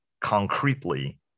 concretely